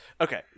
okay